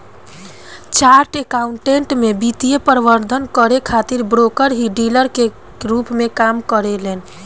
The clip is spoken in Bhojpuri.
चार्टर्ड अकाउंटेंट में वित्तीय प्रबंधन करे खातिर ब्रोकर ही डीलर के रूप में काम करेलन